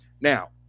Now